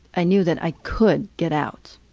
i knew that i could get out.